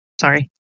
Sorry